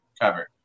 cover